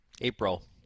April